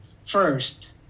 first